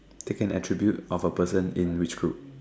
take in attribute of a person in which group